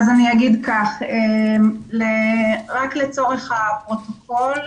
אז אני אגיד כך, רק לצורך הפרוטוקול,